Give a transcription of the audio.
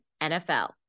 NFL